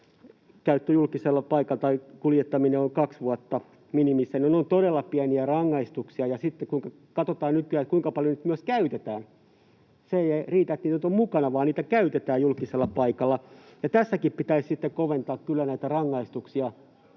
julkisella paikalla kaksi vuotta minimissään, eli ne ovat todella pieniä rangaistuksia. Kun sitten katsotaan, kuinka paljon niitä nykyään myös käytetään — ei riitä, että niitä on mukana, vaan niitä käytetään julkisella paikalla — niin tässäkin pitäisi kyllä koventaa näitä rangaistuksia.